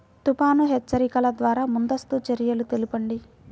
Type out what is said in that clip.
తుఫాను హెచ్చరికల ద్వార ముందస్తు చర్యలు తెలపండి?